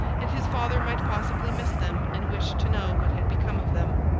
and his father might possibly miss them and wish to know what had become of them.